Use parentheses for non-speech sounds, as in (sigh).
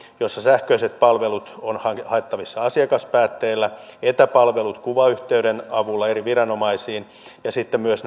jossa sähköiset palvelut on haettavissa asiakaspäätteellä etäpalvelut kuvayhteyden avulla eri viranomaisiin ja sitten on myös (unintelligible)